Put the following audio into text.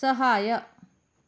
ಸಹಾಯ